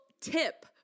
tip